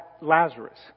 Lazarus